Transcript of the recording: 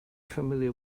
familiar